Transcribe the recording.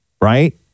right